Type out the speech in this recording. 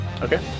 okay